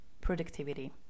productivity